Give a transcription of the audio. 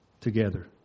together